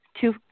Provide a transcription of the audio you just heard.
two